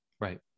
Right